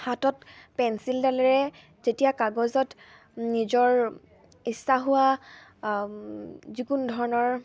হাতত পেঞ্চিল দালেৰে যেতিয়া কাগজত নিজৰ ইচ্ছা হোৱা যিকোনো ধৰণৰ